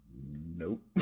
Nope